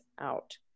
out